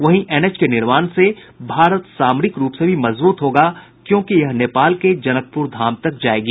वहीं एनएच के निर्माण से भारत सामरिक रूप से भी मजबूत होगा क्योंकि यह नेपाल के जनकपुर धाम तक जायेगी